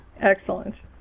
Excellent